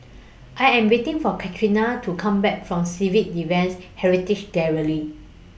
I Am waiting For Katharyn to Come Back from Civil Defence Heritage Gallery